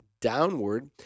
downward